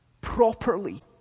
properly